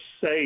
say